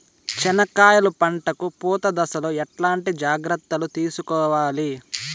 చెనక్కాయలు పంట కు పూత దశలో ఎట్లాంటి జాగ్రత్తలు తీసుకోవాలి?